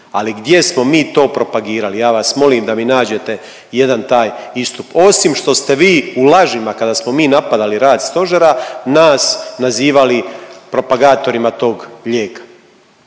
ali gdje smo mi to propagirali, ja vas molim da mi nađete jedan taj istup, osim što ste vi u lažima kada smo mi napadali rad stožera, nas nazivali propagatorima tog lijeka.